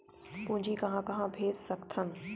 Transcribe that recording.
पूंजी कहां कहा भेज सकथन?